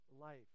life